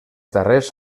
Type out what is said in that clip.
darrers